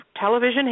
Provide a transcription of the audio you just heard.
television